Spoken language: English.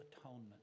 atonement